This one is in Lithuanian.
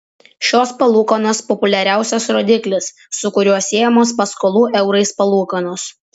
šios palūkanos populiariausias rodiklis su kuriuo siejamos paskolų eurais palūkanos